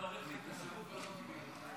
אדוני היושב-ראש, חברות וחברי כנסת נכבדים,